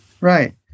Right